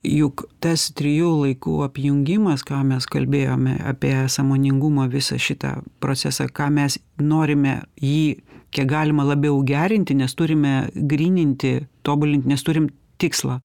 juk tas trijų laikų apjungimas ką mes kalbėjome apie sąmoningumo visą šitą procesą ką mes norime jį kiek galima labiau gerinti nes turime gryninti tobulint nes turim tikslą